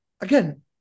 again